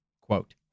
Quote